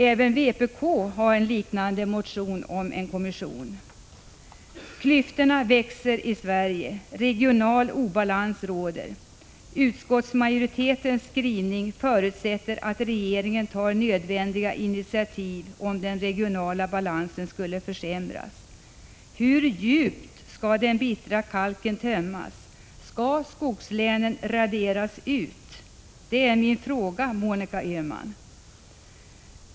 Även vpk har i en motion lagt fram liknande förslag om en kommission. Klyftorna i Sverige växer. Regional obalans råder. Utskottsmajoritetens skrivning förutsätter att regeringen tar nödvändiga initiativ, om den regionala balansen skulle försämras. Hur djupt skall den bittra kalken tömmas, och skall skogslänen raderas ut? Det är min fråga till Monica Öhman.